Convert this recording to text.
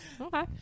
Okay